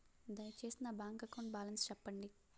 దయచేసి నా bank account balance చెప్పండి